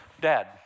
Dad